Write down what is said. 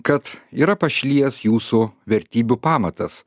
kad yra pašlijęs jūsų vertybių pamatas